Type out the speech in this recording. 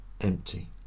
empty